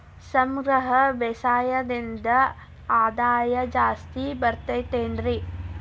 ಸಮಗ್ರ ಬೇಸಾಯದಿಂದ ಆದಾಯ ಜಾಸ್ತಿ ಬರತೈತೇನ್ರಿ?